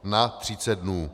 Na 30 dnů.